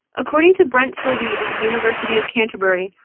according to brent silby of the university of canterbury,